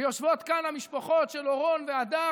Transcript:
ויושבות כאן המשפחות של אורון והדר,